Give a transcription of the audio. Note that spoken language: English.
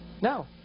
No